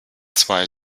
zwei